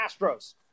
astros